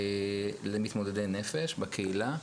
למתמודדי נפש בקהילה.